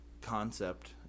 concept